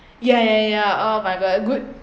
ya ya ya oh my god good